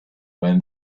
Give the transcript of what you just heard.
when